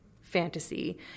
fantasy